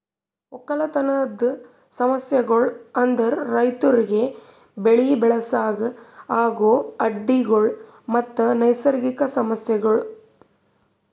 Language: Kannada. ಒಕ್ಕಲತನದ್ ಸಮಸ್ಯಗೊಳ್ ಅಂದುರ್ ರೈತುರಿಗ್ ಬೆಳಿ ಬೆಳಸಾಗ್ ಆಗೋ ಅಡ್ಡಿ ಗೊಳ್ ಮತ್ತ ನೈಸರ್ಗಿಕ ಸಮಸ್ಯಗೊಳ್